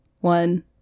one